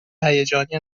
هیجانی